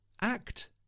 act